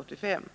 85.